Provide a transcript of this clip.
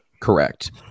Correct